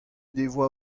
devoa